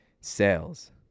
sales